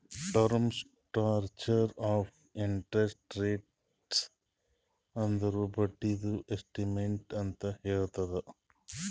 term structure of interest rates ಅಂದುರ್ ಬಡ್ಡಿದು ಎಸ್ಟ್ ಪರ್ಸೆಂಟ್ ಅಂತ್ ಹೇಳ್ತುದ್